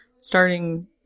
starting